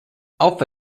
alpha